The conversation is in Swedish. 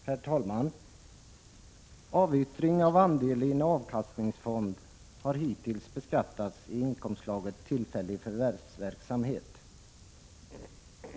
Herr talman! Avyttring av andel i en avkastningsfond har hittills beskattats i inkomstslaget tillfällig förvärvsverksamhet.